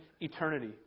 eternity